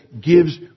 gives